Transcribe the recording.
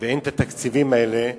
ואין התקציבים האלה,